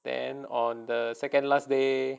then on the second last day